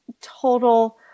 total